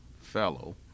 Fellow